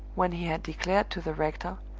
when he had declared to the rector,